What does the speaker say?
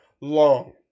long